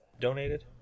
donated